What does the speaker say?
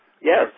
Yes